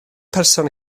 person